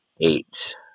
eight